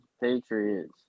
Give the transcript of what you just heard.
Patriots